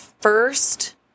first